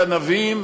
גנבים,